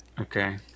okay